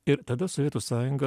ir tada sovietų sąjunga